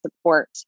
support